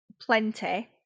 plenty